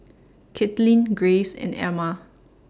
Katlin Graves and Emma